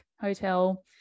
Hotel